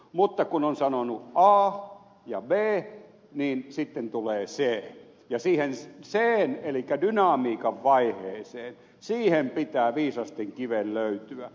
mutta kun on sanonut a ja b niin sitten tulee c ja siihen chen elikkä dynamiikan vaiheeseen pitää viisasten kiven löytyä